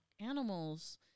animals